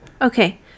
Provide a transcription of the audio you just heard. Okay